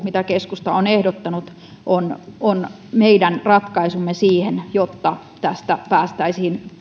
mitä keskusta on ehdottanut on on meidän ratkaisumme siihen että tästä päästäisiin